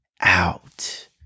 out